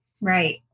Right